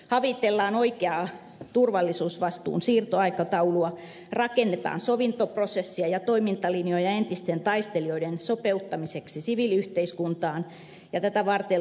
havitellaan oikeaa turvallisuusvastuun siirtoaikataulua rakennetaan sovintoprosessia ja toimintalinjoja entisten taistelijoiden sopeuttamiseksi siviiliyhteiskuntaan ja tätä varten luodaan rahasto